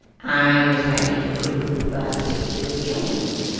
i was ready to prove a pretty good claim.